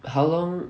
how long